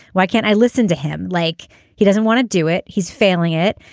why can't i listen to him like he doesn't want to do it his family it.